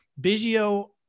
Biggio